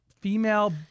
Female